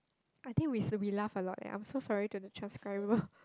I think we s~ we laugh a lot leh I'm so sorry to the transcriber